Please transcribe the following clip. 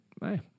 hey